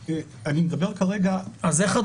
אתם אומרים לעזור, אבל איפה פה העזרה לאישה?